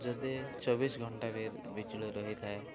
ଯଦି ଚବିଶି ଘଣ୍ଟା ବି ବିଜୁଳି ରହିଥାଏ